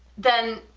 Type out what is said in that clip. then